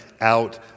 out